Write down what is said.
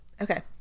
Okay